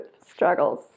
struggles